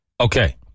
Okay